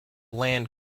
land